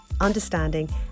understanding